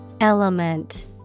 Element